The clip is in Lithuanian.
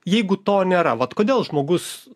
jeigu to nėra vat kodėl žmogus